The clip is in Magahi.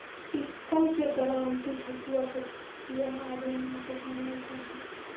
सिक्ल के दरांति, हँसुआ, कचिया आदि नाम से जानल जा हई